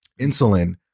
insulin